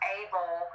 able